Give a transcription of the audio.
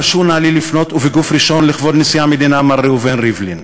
הרשו נא לי לפנות בגוף ראשון לכבוד נשיא המדינה מר ראובן ריבלין: